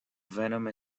venom